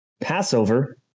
Passover